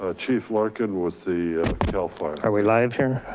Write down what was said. ah chief larkin with the cal fire. are we live here?